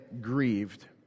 grieved